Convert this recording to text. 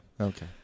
Okay